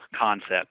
concept